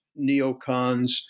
neocons